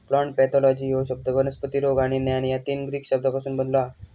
plant pathology ह्यो शब्द वनस्पती रोग आणि ज्ञान या तीन ग्रीक शब्दांपासून बनलो हा